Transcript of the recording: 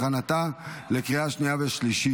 להלן תוצאות ההצבעה: